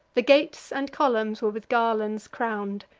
the gates and columns were with garlands crown'd,